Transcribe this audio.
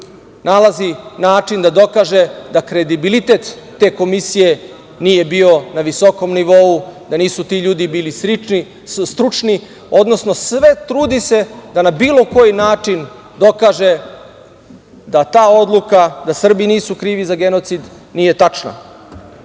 nalazi način da dokaže da kredibilitet te komisije nije bio na visokom nivou, da nisu ti ljudi bili stručni, odnosno sve se trudi da na bilo koji način dokaže da ta odluka da Srbi nisu krivi za genocid nije